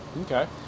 Okay